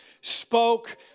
spoke